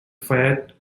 fayette